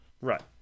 Right